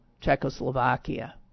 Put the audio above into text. Czechoslovakia